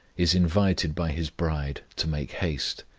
is invited by his bride to make haste,